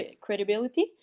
credibility